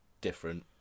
different